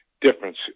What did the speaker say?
difference